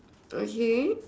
okay